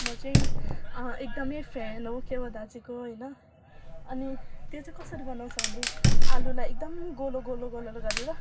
म चाहिँ एकदमै फ्यान हो केवादाछीको होइन अनि त्यो चाहिँ कसरी बनाउँछ भने आलुलाई एकदम गोलो गोलो गोलो गरेर